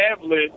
tablet